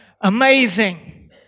amazing